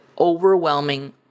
overwhelming